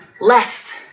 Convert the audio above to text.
less